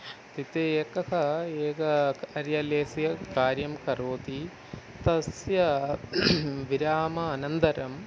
इत्युक्ते एकः एकः कर्यलयस्य कार्यं करोति तस्य विरामात् अनन्तरम्